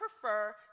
prefer